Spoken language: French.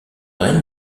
règne